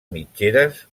mitgeres